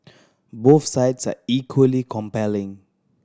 both sides are equally compelling